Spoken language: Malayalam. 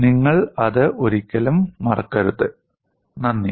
നിങ്ങൾ അത് ഒരിക്കലും മറക്കരുത് നന്ദി